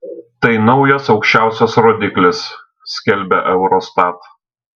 tai naujas aukščiausias rodiklis skelbia eurostat